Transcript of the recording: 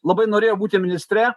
labai norėjo būti ministre